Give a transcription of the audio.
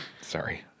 Sorry